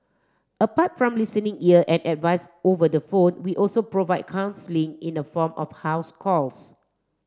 apart from listening ear and advice over the phone we also provide counselling in the form of house calls